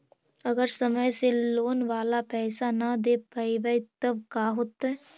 अगर समय से लोन बाला पैसा न दे पईबै तब का होतै?